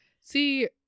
See